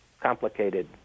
Complicated